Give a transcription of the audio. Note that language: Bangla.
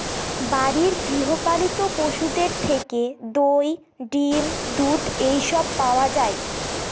বাড়ির গৃহ পালিত পশুদের থেকে দই, ডিম, দুধ এসব পাওয়া যায়